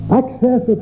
access